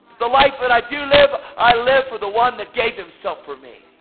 the life that i do live i live for the one that gave himself for me.